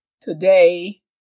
Today